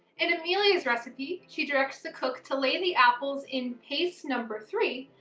in amelia's recipe she directs the cook to lay the apples in paste number three,